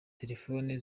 telefone